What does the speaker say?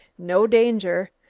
no danger.